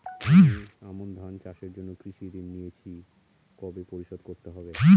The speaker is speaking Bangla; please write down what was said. আমি আমন ধান চাষের জন্য কৃষি ঋণ নিয়েছি কবে পরিশোধ করতে হবে?